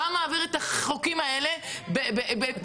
לא היה מעביר את החוקים האלה פה אחד,